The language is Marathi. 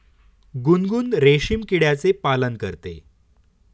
गुनगुन रेशीम किड्याचे पालन करते